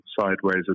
sideways